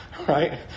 Right